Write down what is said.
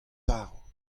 tarv